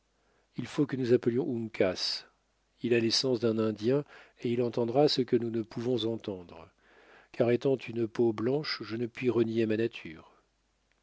il faut que nous appelions uncas il a les sens d'un indien et il entendra ce que nous ne pouvons entendre car étant une peau blanche je ne puis renier ma nature